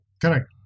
Correct